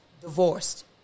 divorced